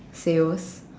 sales